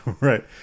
right